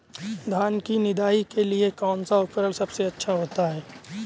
धान की निदाई के लिए कौन सा उपकरण सबसे अच्छा होता है?